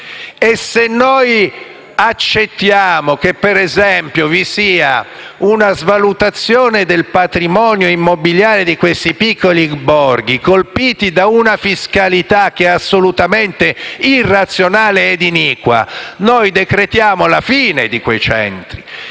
e se noi accettiamo, per esempio, che vi sia una svalutazione del patrimonio immobiliare di questi piccoli borghi, colpiti da una fiscalità assolutamente irrazionale ed iniqua, noi decretiamo la fine di quei centri.